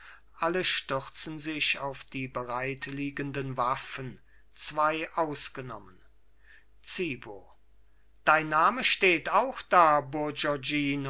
alle stürzen sich auf die bereitliegenden waffen zwei ausgenommen zibo dein name steht auch da